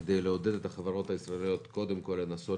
כדי לעודד את החברות הישראליות קודם כל לנסות